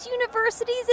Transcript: universities